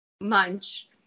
munch